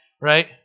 Right